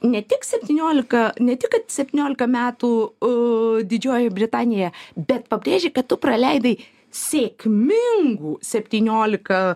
ne tik septyniolika ne tik kad septyniolika metų didžiojoje britanijoje bet pabrėži kad tu praleidai sėkmingų septyniolika